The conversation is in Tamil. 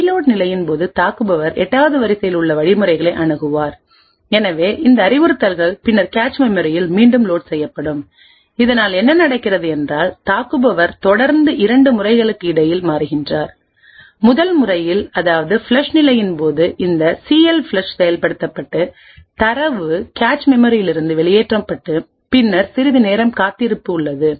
ரீலோட் நிலையின்போது தாக்குபவர் 8 வது வரிசையில் உள்ள வழிமுறைகளை அணுகுவார் எனவே இந்த அறிவுறுத்தல்கள் பின்னர் கேச் மெமரியில் மீண்டும் லோட் செய்யப்படும் இதனால் என்ன நடக்கிறது என்றால் தாக்குபவர் தொடர்ந்து 2 முறைகளுக்கு இடையில் மாறுகிறார் முதல் முறையில் அதாவது ஃப்ளஷ்நிலையின்போது இந்த சிஎல்ஃப்ளஷ் செயல்படுத்தப்பட்டு தரவு கேச் மெமரியிலிருந்து வெளியேற்றப்பட்டு பின்னர் சிறிது நேரம் காத்திருப்பு உள்ளது